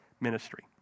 ministry